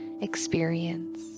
experience